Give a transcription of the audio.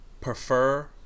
prefer